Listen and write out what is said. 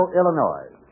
Illinois